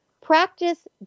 Practice